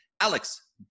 Alex